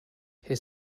his